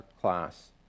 class